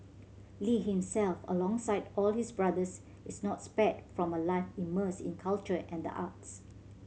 lee himself alongside all his brothers is not spared from a life immersed in culture and the arts